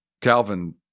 Calvin